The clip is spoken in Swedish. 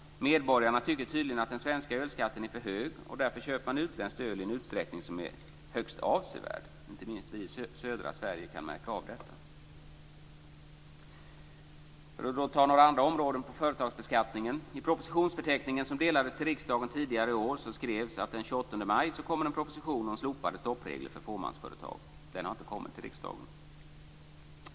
Medborgarna tycker tydligen att den svenska ölskatten är för hög, och därför köper man utländskt öl i en utsträckning som är högst avsevärd. Inte minst vi i södra Sverige kan märka av detta. Låt mig ta några andra områden vad gäller företagsbeskattningen. I propositionsförteckningen, som delades till riksdagen tidigare i år, skrevs att den 28 maj skulle en proposition komma om slopade stoppregler för fåmansföretag. Den har inte kommit till riksdagen.